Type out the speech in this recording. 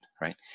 right